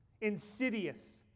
insidious